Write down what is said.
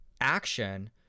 action